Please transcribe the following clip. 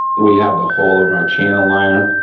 we have the hole of our channel liner,